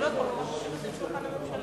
להראות שיש נוכחות של הממשלה.